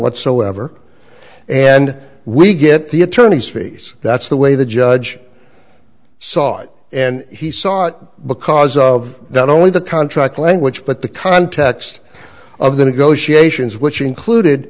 whatsoever and we get the attorney's fees that's the way the judge saw it and he saw it because of not only the contract language but the context of the negotiations which included